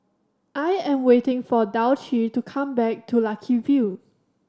I am waiting for Dulcie to come back to Lucky View